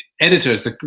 Editors